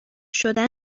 شدن